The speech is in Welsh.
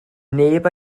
neb